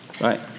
Right